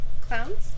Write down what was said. Clowns